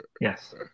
yes